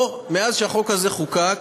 פה, מאז שהחוק הזה חוקק,